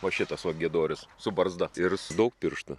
va šitas va giedorius su barzda ir su daug pirštų